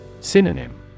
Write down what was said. Synonym